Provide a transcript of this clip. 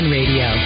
Radio